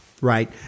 right